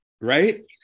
right